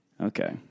Okay